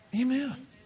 Amen